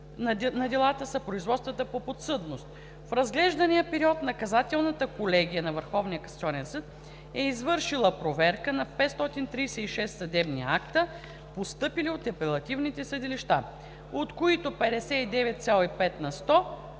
на делата са производствата по подсъдност. В разглеждания период Наказателната колегия на Върховния касационен съд е извършила проверка на 536 съдебни акта, постъпили от апелативните съдилища, от които 59,5 на сто